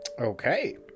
Okay